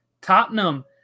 tottenham